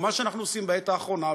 ומה שאנחנו עושים בעת האחרונה,